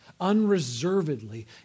unreservedly